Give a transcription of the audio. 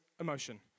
emotion